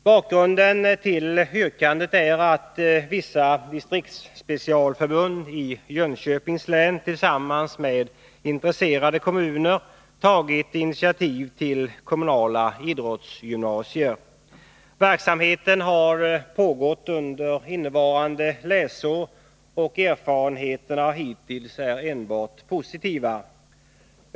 Bakgrunden till yrkandet är att vissa distriktspecialförbund i Jönköpings län tillsammans med intresserade kommuner tagit initiativ till kommunala idrottsgymnasier. Verksamheten har pågått under innevarande läsår, och erfarenheterna hittills är enbart positiva.